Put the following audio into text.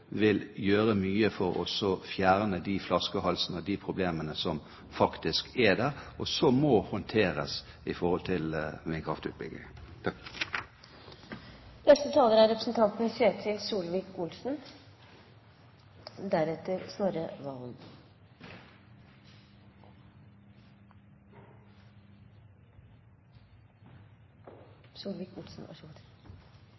vil gjøre mye for å fjerne de flaskehalsene og de problemene som faktisk er der, som må håndteres i forbindelse med vindkraftutbygging.